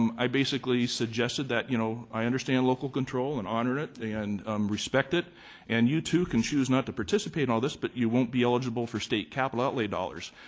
um i basically suggested that, you know, i understand local control and honor it and respect it and you too can choose not to participate i all this, but you won't be eligible for state capital outlay dollars.